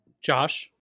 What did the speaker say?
Josh